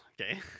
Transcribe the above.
Okay